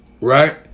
right